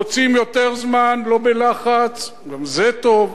רוצים יותר זמן, לא בלחץ, גם זה טוב.